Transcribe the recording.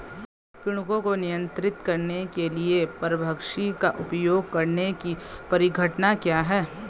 पीड़कों को नियंत्रित करने के लिए परभक्षी का उपयोग करने की परिघटना क्या है?